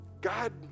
God